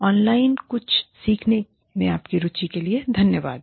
online कुछ सीखने में आपकी रुचि के लिए धन्यवाद